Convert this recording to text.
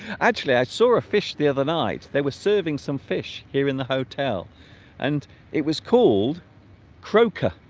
actually i saw a fish the other night they were serving some fish here in the hotel and it was called croaker